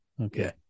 Okay